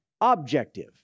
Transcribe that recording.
objective